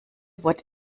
wurde